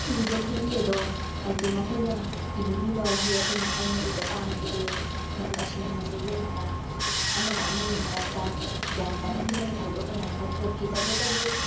ꯏꯔꯤꯕ ꯈꯨꯏ ꯑꯗꯣ ꯍꯥꯏꯗꯤ ꯃꯈꯣꯏꯅ ꯏꯅꯤꯡꯉꯤꯕ ꯋꯥꯍꯩ ꯑꯗꯨꯃꯛ ꯑꯩꯅ ꯏꯕ ꯄꯥꯝꯈꯤꯗꯦ ꯃꯔꯝ ꯑꯁꯤꯅ ꯆꯌꯦꯠꯅꯕ ꯑꯃꯒ ꯑꯃꯒꯒꯤ ꯃꯔꯛꯇ ꯒ꯭ꯌꯥꯟ ꯇꯥꯅꯈꯤꯗꯕ ꯊꯧꯗꯣꯛ ꯀꯌꯥ ꯑꯃ ꯊꯣꯛꯈꯤ ꯇꯧꯕꯇꯕꯨ